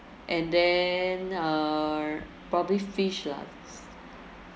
and then uh probably fish lah